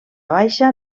baixa